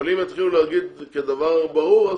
אבל אם יתחילו להגיד כדבר ברור,